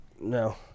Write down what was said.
No